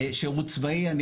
שירות צבאי,